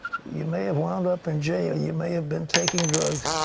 you may have wound up in jail. you may have been taking drugs.